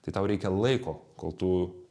tai tau reikia laiko kol tu